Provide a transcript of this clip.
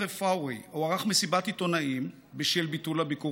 הוא ערך מסיבת עיתונאים בשל ביטול הביקור,